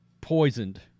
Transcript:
poisoned